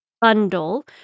bundle